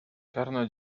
czarna